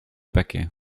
paquet